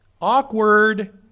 Awkward